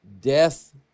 death